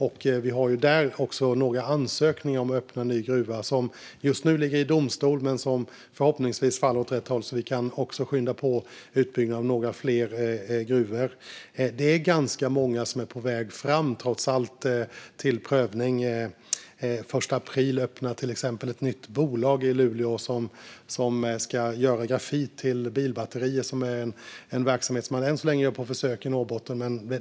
Där finns också några ansökningar om att öppna en ny gruva som just nu ligger i domstol och förhoppningsvis faller åt rätt håll så att vi kan skynda på utbyggnaden av fler gruvor. Det är många som är på väg fram, trots allt, till prövning. Den 1 april öppnar till exempel ett nytt bolag i Luleå som ska göra grafit till bilbatterier. Det är en verksamhet som än så länge sker på försök i Norrbotten.